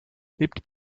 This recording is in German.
lebt